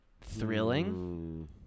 thrilling